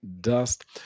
dust